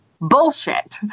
bullshit